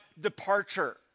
departure